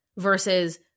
Versus